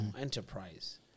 enterprise